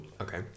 Okay